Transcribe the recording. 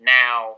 now